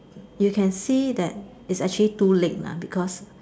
you can see that it's actually two leg lah because